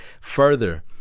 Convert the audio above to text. further